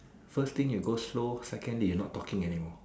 first thing you go slow secondly you not talking anymore